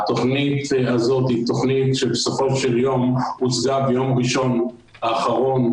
התוכנית הזאת היא תוכנית שבסופו של יום הוצגה ביום ראשון האחרון,